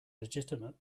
legitimate